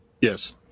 Yes